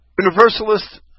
universalist